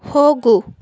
ಹೋಗು